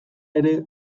ere